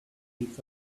bits